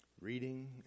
reading